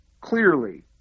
clearly